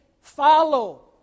follow